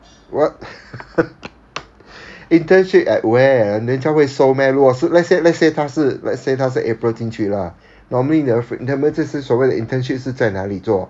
what internship at where 人家会收 meh 如果是 let's say let's say 他是 let's say 他是 april 进去 lah normally they all internment 这次所谓的 internship 是在哪里做